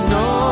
no